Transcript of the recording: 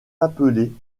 appelés